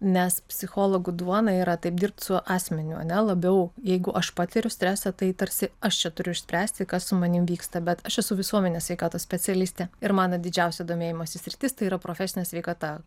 nes psichologų duona yra taip dirbt su asmeniu ar ne labiau jeigu aš patiriu stresą tai tarsi aš čia turiu išspręsti kas su manim vyksta bet aš esu visuomenės sveikatos specialistė ir mano didžiausia domėjimosi sritis tai yra profesinė sveikata